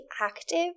active